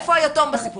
איפה היתום בסיפור הזה.